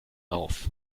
auf